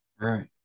Right